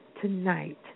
Tonight